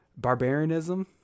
Barbarianism